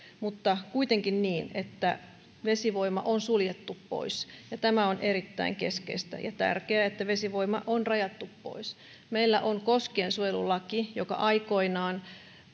mutta kuitenkin niin että vesivoima on suljettu pois tämä on erittäin keskeistä ja tärkeää että vesivoima on rajattu pois meillä on koskiensuojelulaki joka aikoinaan